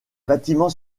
bâtiments